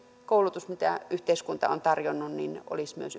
koulutus mitä yhteiskunta on tarjonnut myös